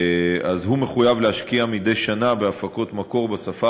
אז הוא מחויב להשקיע מדי שנה בהפקות מקור בשפה